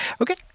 Okay